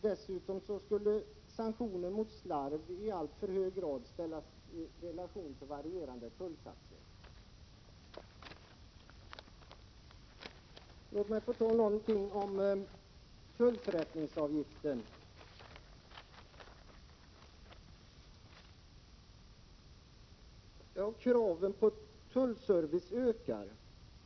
Dessutom skulle sanktionen mot slarv i alltför hög grad ställas i relation till varierande tulltaxor. Låt mig också säga några ord om tullförrättningsavgiften. Kraven på tullservice ökar.